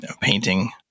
painting